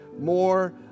more